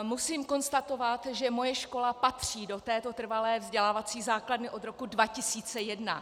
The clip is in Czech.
Musím konstatovat, že moje škola patří do této trvalé vzdělávací základny od roku 2001.